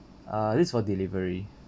uh this is for delivery